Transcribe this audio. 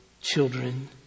children